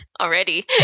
already